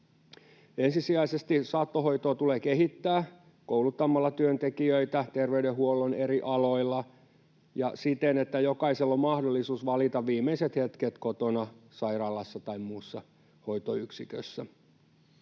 Ensisijaisesti saattohoitoa tulee kehittää kouluttamalla työntekijöitä terveydenhuollon eri aloilla ja siten, että jokaisella on mahdollisuus valita viimeiset hetket kotona, sairaalassa tai muussa hoitoyksikössä.